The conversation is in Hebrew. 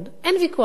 אין ויכוח פה.